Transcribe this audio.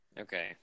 Okay